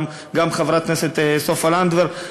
גם חברת הכנסת סופה לנדבר,